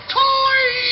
toy